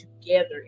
together